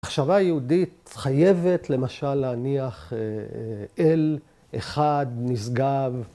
‫המחשבה היהודית חייבת למשל ‫להניח אל אחד נשגב.